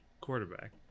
quarterback